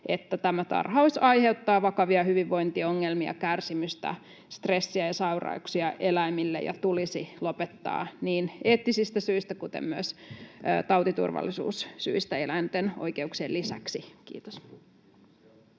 että tämä tarhaus aiheuttaa vakavia hyvinvointiongelmia, kärsimystä, stressiä ja sairauksia eläimille ja tulisi lopettaa niin eettisistä syistä kuin myös tautiturvallisuussyistä eläinten oikeuksien lisäksi. — Kiitos.